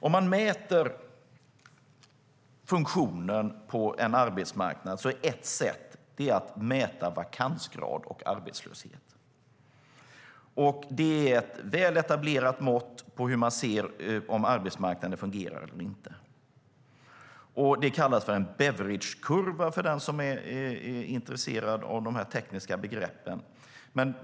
Om man mäter funktionen på en arbetsmarknad är ett sätt att mäta vakansgrad och arbetslöshet. Det är ett väl etablerat mått på hur man ser om arbetsmarknaden fungerar eller inte. Det kallas för en Beveridgekurva - för den som är intresserad av de tekniska begreppen.